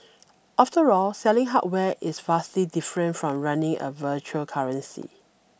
after all selling hardware is vastly different from running a virtual currency